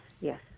yes